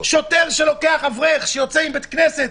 שוטר שלוקח אברך שיוצא מבית כנסת,